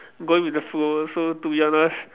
going with the flow so to be honest